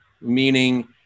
Meaning